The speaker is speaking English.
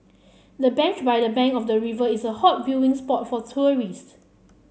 the bench by the bank of the river is a hot viewing spot for tourist